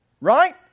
Right